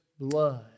blood